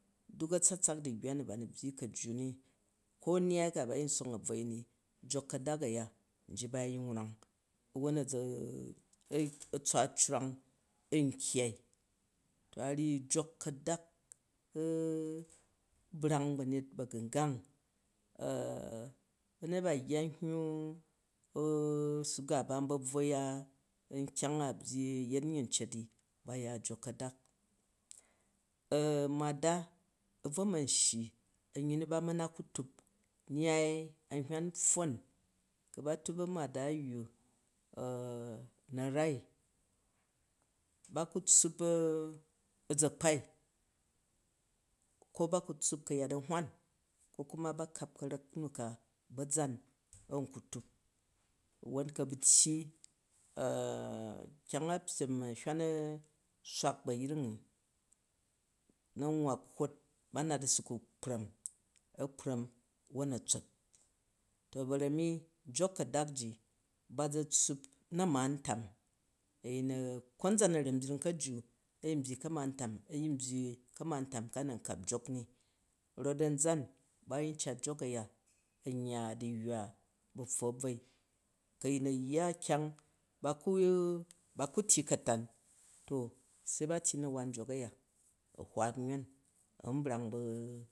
Dak ətsatsak du̱yyna nu ba nu̱ byyi kajju ni ko nnyai ka ba yin song abvwoi ni jok kadak aya nji ba yin wrang awwon aʒa a tswa awang an kyyai. To a ryyi jok kadak brang banyet ba̱gangang banyet ba a byyi nhyuu. Sugar, ban ba bvwo ya nkyang a yet nyyi cet n ba ya jok kadak, a̱mada a bvo man shyi a̱nyyi nu ba ma na ku tup nyyai an hywam pffon, ku ba tup amada ayyu na nai, ba ku tsuup aʒakpai ku ba tssup kayat anhwan an kuma ba karak muka baʒan an ku tup won ku a bn tyy, kyang a pyern njai an hywon swak bu ayang ni u nwwa hkwof, ba nat a su ku kpram, a kpram won a tsot. To barami jok kadak ji ba ʒa tsuup nna̱ma-ntam, konʒon awanbying kajji a yin byyi ka̱ma-ntam ayin byyi kama-ntom ka nan kap jok ni, not anʒan ba yin cat jok aya an yya duyywa ba̱pffo a̱bvoi, ku̱ a̱yin a̱yya kyang ba ku, ba ku tyyi katan to ze ba tyyi na won jok aya a hwat nyon an brang bu